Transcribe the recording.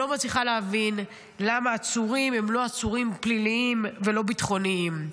לא מצליחה להבין למה העצורים הם לא עצורים פליליים ולא ביטחוניים.